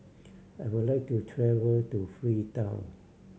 I would like to travel to Freetown